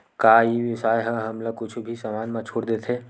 का ई व्यवसाय ह हमला कुछु भी समान मा छुट देथे?